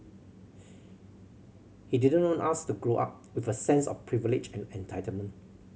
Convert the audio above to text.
he didn't want us to grow up with a sense of privilege and entitlement